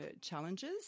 challenges